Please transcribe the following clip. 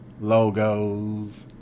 logos